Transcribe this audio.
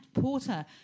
Porter